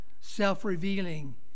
self-revealing